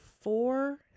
four